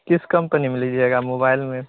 किस कंपनी में लीजिएगा मोबाइल में